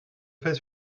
fait